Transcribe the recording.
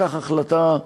לקח החלטה,